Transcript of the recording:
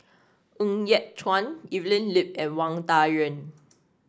Ng Yat Chuan Evelyn Lip and Wang Dayuan